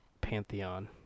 pantheon